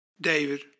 David